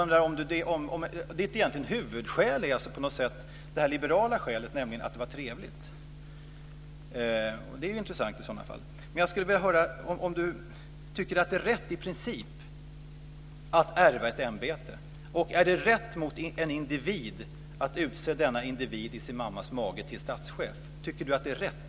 Ert egentliga huvudskäl är det liberala skälet, nämligen att det är trevligt. Det är intressant i så fall. Jag skulle vilja höra om ni tycker att det är rätt i princip att ärva ett ämbete. Är det rätt mot en individ att utse denna individ i sin mammas mage till statschef? Tycker ni att det är rätt?